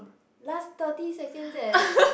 last thirty seconds eh